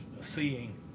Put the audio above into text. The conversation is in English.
seeing